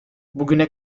bugüne